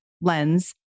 lens